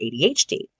ADHD